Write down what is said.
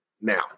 now